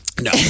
No